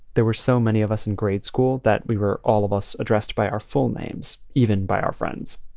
there were so many of us in grade school that we were all of us addressed by our full names, even by our friends.